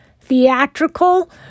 theatrical